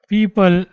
People